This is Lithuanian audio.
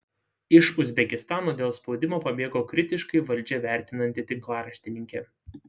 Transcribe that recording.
iš uzbekistano dėl spaudimo pabėgo kritiškai valdžią vertinanti tinklaraštininkė